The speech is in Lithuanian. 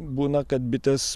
būna kad bitės